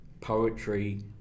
poetry